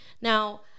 Now